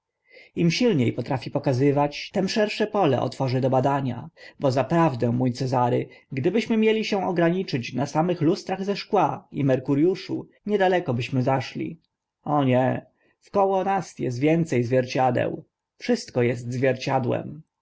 im silnie potrafi pokazywać tym szersze pole otworzy do badania bo zaprawdę mó cezary gdybyśmy mieli ograniczyć się na samych lustrach ze szkła i merkuriuszu niedaleko byśmy zaszli o nie wkoło nas est więce zwierciadeł wszystko est zwierciadłem